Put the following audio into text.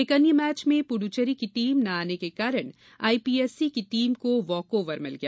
एक अन्य मैच में पुड्येरी की टीम न आने के कारण आईपीएससी की टीम को वाकओवर मिल गया